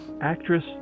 Actress